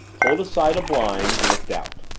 pulled aside a blind, looked out.